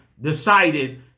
decided